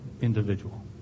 individual